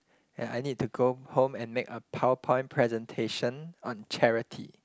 ya I need to go home and make a PowerPoint presentation on charity